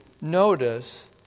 notice